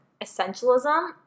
Essentialism